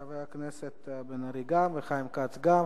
חבר הכנסת בן-ארי גם, וחיים כץ, גם.